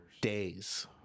days